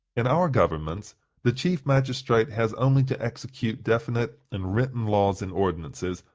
in our governments the chief magistrate has only to execute definite and written laws and ordinances,